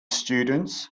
students